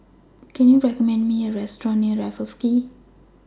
Can YOU recommend Me A Restaurant near Raffles Quay